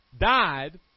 died